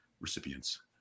recipients